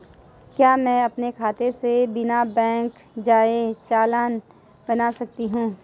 क्या मैं अपने खाते से बिना बैंक जाए चालान बना सकता हूँ?